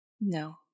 No